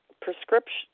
prescription